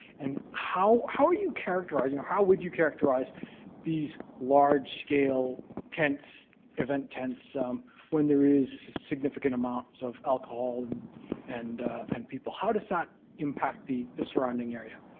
and how how are you characterizing or how would you characterize these large-scale event tents when there is significant amounts of alcohol and and and people, how does that impact the the surrounding area?